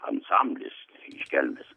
ansamblis iš kelmės